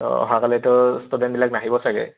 অঁ অহাকাইলৈতো ষ্টুডেণ্টবিলাক নাহিব চাগে